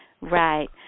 Right